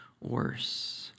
worse